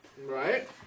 Right